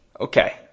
Okay